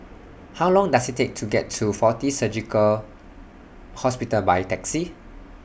How Long Does IT Take to get to Fortis Surgical Hospital By Taxi